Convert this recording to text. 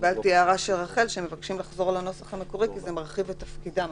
קיבלתי הערה של רח"ל שהם מבקשים לחזור לנוסח המקורי כי זה מרחיב את תפקידם.